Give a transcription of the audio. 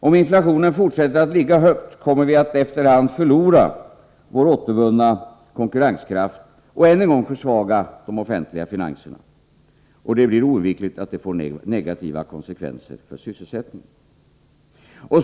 Om inflationen fortsätter att ligga högt, kommer vi efter hand att förlora vår återvunna konkurrenskraft och än en gång försvaga de offentliga finanserna. Det är oundvikligt att det får negativa konsekvenser för sysselsättningen.